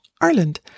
Ireland